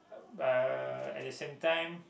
uh at the same time